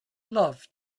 love